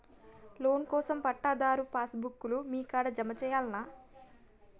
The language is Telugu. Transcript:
లోన్ కోసం పట్టాదారు పాస్ బుక్కు లు మీ కాడా జమ చేయల్నా?